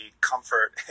comfort